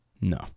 no